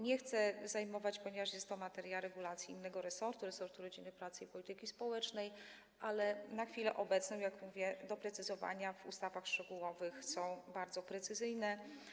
Nie chcę zajmować... ponieważ jest to materia regulacji innego resortu, resortu rodziny, pracy i polityki społecznej, ale na chwilę obecną, jak mówię, doprecyzowania w ustawach szczegółowych są bardzo precyzyjne.